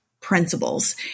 principles